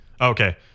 Okay